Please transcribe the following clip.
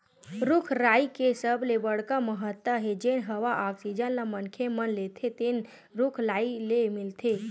रूख राई के सबले बड़का महत्ता हे जेन हवा आक्सीजन ल मनखे मन लेथे तेन रूख राई ले मिलथे